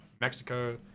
Mexico